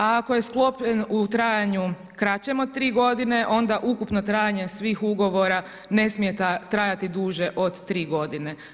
A ako je sklopljen u trajanju kraćem od 3 godine, onda ukupno trajanje svih ugovora ne smije trajati duže od 3 godine.